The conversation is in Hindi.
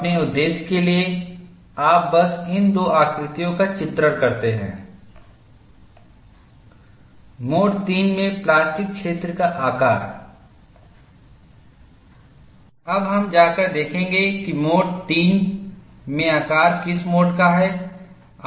अपने उद्देश्य के लिए आप बस इन दो आकृतियों को ड्रॉ करते हैं मोड III में प्लास्टिक क्षेत्र का आकार अब हम जाकर देखेंगे कि मोड III में आकार किस मोड का है